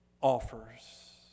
offers